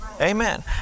Amen